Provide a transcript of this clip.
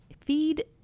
feed